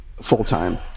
full-time